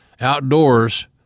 outdoors